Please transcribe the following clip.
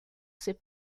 ses